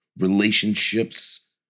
relationships